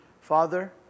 Father